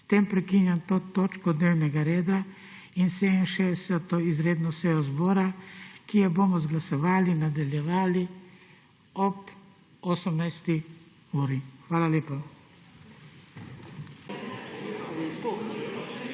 S tem prekinjam to točko dnevnega reda in 67. izredno sejo zbora, ki jo bomo z glasovanji nadaljevali ob 18. uri. Hvala lepa.